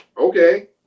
Okay